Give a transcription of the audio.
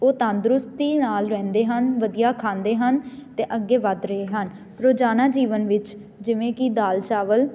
ਉਹ ਤੰਦਰੁਸਤੀ ਨਾਲ ਰਹਿੰਦੇ ਹਨ ਵਧੀਆ ਖਾਂਦੇ ਹਨ ਅਤੇ ਅੱਗੇ ਵੱਧ ਰਹੇ ਹਨ ਰੋਜ਼ਾਨਾ ਜੀਵਨ ਵਿੱਚ ਜਿਵੇਂ ਕਿ ਦਾਲ ਚਾਵਲ